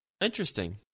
Interesting